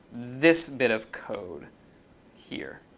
this bit of code here.